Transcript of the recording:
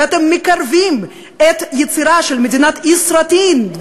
ואתם מקרבים את היצירה של מדינת ישראטין,